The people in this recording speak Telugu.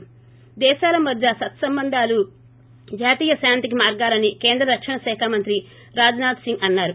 ి దేశాల మధ్య సత్సంబందాలు జాతీయ శాంతికి మార్గాలని కేంద్ర రక్షణ శాఖ మంత్రి రాజ్నాథ్ సింగ్ అన్నారు